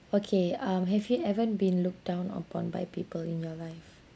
okay um have you ever been looked down upon by people in your life